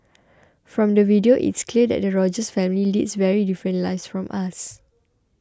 from the video it's clear that the Rogers family leads very different lives from us